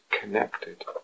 connected